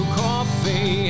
coffee